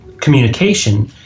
communication